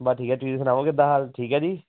ਬਸ ਠੀਕ ਹੈ ਤੁਸੀਂ ਸੁਣਾਓ ਕਿੱਦਾਂ ਹਾਲ ਠੀਕ ਹੈ ਜੀ